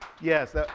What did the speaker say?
Yes